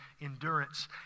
endurance